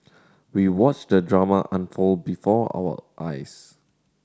we watched the drama unfold before our eyes